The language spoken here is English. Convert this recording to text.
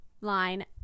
line